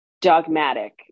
dogmatic